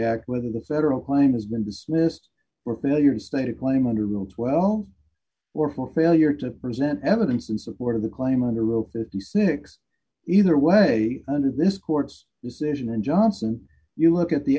act whether the federal claim has been dismissed for failure to state a claim under rule twelve or for failure to present evidence in support of the claim under rule fifty six dollars either way under this court's decision and johnson you look at the